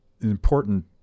important